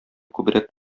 күбрәк